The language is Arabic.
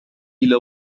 إلى